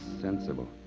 sensible